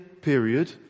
period